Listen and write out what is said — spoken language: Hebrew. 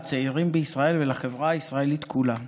לצעירים בישראל ולחברה הישראלית כולה.